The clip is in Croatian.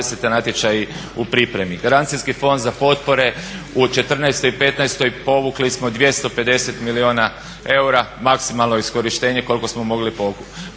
natječaji u pripremi. Garancijski fond za potpore u 2014. i 2015. povukli smo 250 milijana eura, maksimalno iskorištenje koliko smo mogli povući.